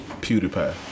PewDiePie